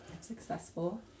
successful